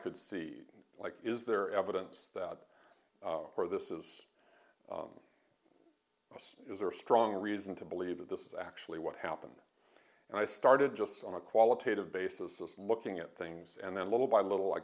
could see like is there evidence that this is is there a strong reason to believe that this is actually what happened and i started just on a qualitative basis of looking at things and then little by little i